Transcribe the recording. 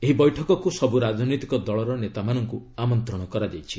ଏହି ବୈଠକକୁ ସବୁ ରାଜନୈତିକ ଦଳର ନେତାମାନଙ୍କୁ ଆମନ୍ତଣ କରାଯାଇଛି